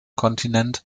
kontinent